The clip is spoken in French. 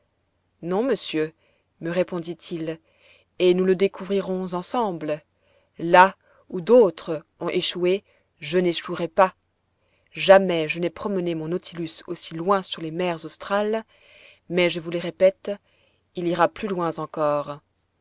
non monsieur me répondit-il et nous le découvrirons ensemble là où d'autres ont échoué je n'échouerai pas jamais je n'ai promené mon nautilus aussi loin sur les mers australes mais je vous le répète il ira plus loin encore